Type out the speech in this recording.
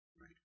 right